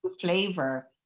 flavor